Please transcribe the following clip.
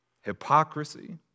hypocrisy